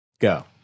Go